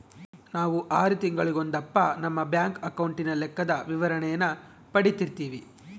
ನಾವು ಆರು ತಿಂಗಳಿಗೊಂದಪ್ಪ ನಮ್ಮ ಬ್ಯಾಂಕ್ ಅಕೌಂಟಿನ ಲೆಕ್ಕದ ವಿವರಣೇನ ಪಡೀತಿರ್ತೀವಿ